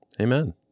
Amen